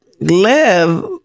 live